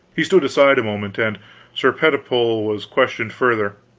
he stood aside a moment, and sir pertipole was questioned further